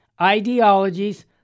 ideologies